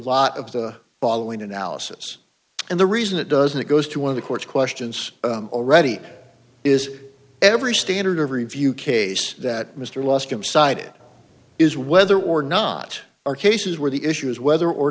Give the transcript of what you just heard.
lot of the following analysis and the reason it doesn't it goes to one of the court's questions already is every standard of review case that mr lost him side is whether or not are cases where the issue is whether or